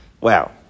Wow